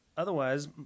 Otherwise